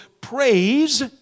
praise